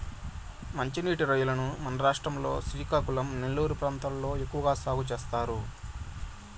మంచి నీటి రొయ్యలను మన రాష్ట్రం లో శ్రీకాకుళం, నెల్లూరు ప్రాంతాలలో ఎక్కువ సాగు చేస్తారు